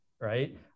right